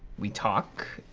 we talk.